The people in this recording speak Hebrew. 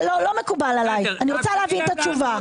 לא מקובל עליי, אני רוצה להבין את התשובה.